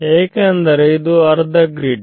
ಏಕೆಂದರೆ ಇದು ಅರ್ಧ ಗ್ರಿಡ್